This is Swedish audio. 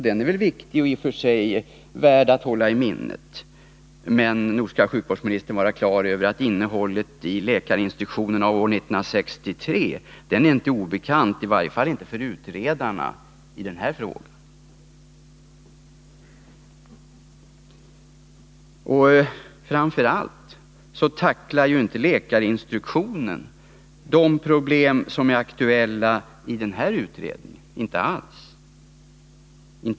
Den är väl i och för sig viktig och värd att hålla i minnet, men nog skall sjukvårdsministern vara klar över att innehållet i läkarinstruktionen av år 1963 inte är obekant, i varje fall inte för utredarna. Och framför allt tacklar inte läkarinstruktionen de problem som är aktuella i den här utredningen — inte alls.